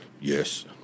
yes